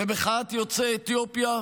במחאת יוצאי אתיופיה,